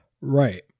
Right